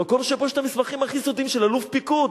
למקום שבו יש המסמכים הכי סודיים של אלוף פיקוד,